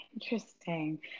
interesting